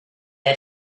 had